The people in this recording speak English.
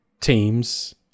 teams